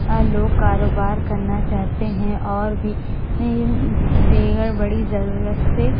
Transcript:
لوگ کاروبار کرنا چاہتے ہیں اور بھی دیگر بڑی ضرورت سے